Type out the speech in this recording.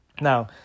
Now